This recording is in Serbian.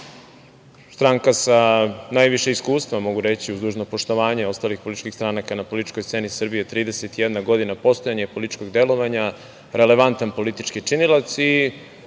stranka sa najviše iskustva, mogu reći, uz dužno poštovanje ostalih političkih stranaka, na političkoj sceni Srbije, 31 godina poslovanja i političkog delovanja, relevantan politički činilac i